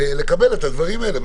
לקבל את הדברים האלה.